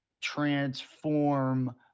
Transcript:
transform